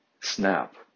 snap